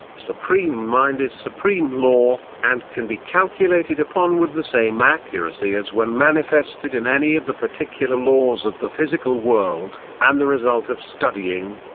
supreme mind is supreme law, and can be calculated upon with the same accuracy as when manifested in any of the particular laws of the physical world and the result of studying,